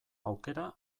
aukera